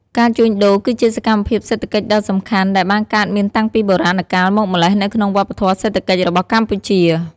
ការជួញដូរ គឺជាសកម្មភាពសេដ្ឋកិច្ចដ៏សំខាន់ដែលបានកើតមានតាំងពីបុរាណកាលមកម្ល៉េះនៅក្នុងវប្បធម៌សេដ្ឋកិច្ចរបស់កម្ពុជា។